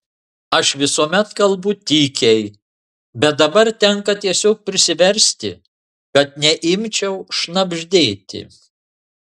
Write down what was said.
aš visuomet kalbu tykiai bet dabar tenka tiesiog prisiversti kad neimčiau šnabždėti